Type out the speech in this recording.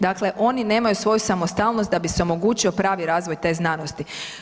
Dakle, oni nemaju svoju samostalnost da bi se omogućio pravi razvoj te znanosti.